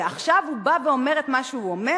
ועכשיו הוא בא ואומר את מה שהוא אומר?